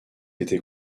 été